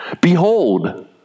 behold